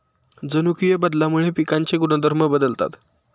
जनुकीय बदलामुळे पिकांचे गुणधर्म बदलतात